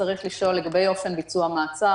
לגבי אופן ביצוע המעצר,